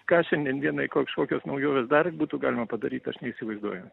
ką šiandien dienai kažkokios naujovės dar būtų galima padaryt aš neįsivaizduoju